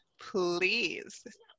Please